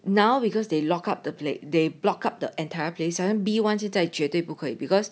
now because they lock up the place they block up the entire place B one 现在绝对不会 because